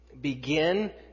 begin